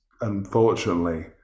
unfortunately